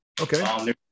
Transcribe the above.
okay